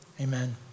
Amen